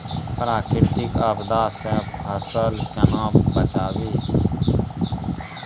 प्राकृतिक आपदा सं फसल केना बचावी?